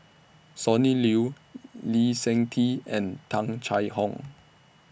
Sonny Liew Lee Seng Tee and Tung Chye Hong